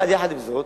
יחד עם זאת,